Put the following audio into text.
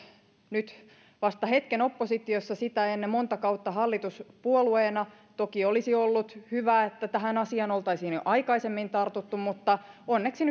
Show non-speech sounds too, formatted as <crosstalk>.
nyt vasta hetken oppositiossa sitä ennen monta kautta hallituspuolueena toki olisi ollut hyvä että tähän asiaan oltaisiin jo aikaisemmin tartuttu mutta onneksi <unintelligible>